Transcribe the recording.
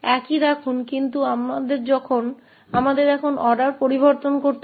तो वही रखें लेकिन हमें अब क्रम बदलना होगा